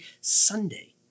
Sunday